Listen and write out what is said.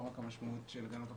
לא רק המשמעות של הגנת הפרטיות,